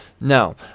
Now